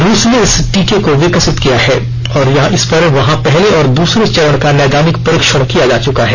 रूस ने इस टीके को विकसित किया है और इस पर वहां पहले और दूसरे चरण का नैदानिक परीक्षण किया जा चुका है